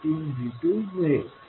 518V2मिळेल